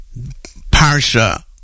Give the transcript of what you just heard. Parsha